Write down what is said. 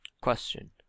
Question